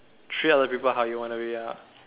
treat other people how you want to be ah